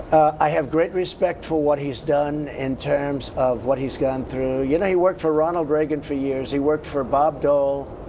i have great respect for what he's done, in terms of what he's gone through. you know he worked for ronald reagan for years, he worked for bob dole.